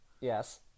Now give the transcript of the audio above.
Yes